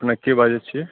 अपने के बाजै छियै